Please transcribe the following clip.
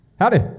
Howdy